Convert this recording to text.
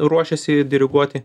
ruošėsi diriguoti